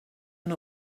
and